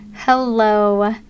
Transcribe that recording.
Hello